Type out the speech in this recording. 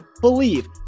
believe